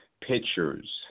pictures